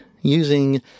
using